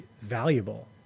valuable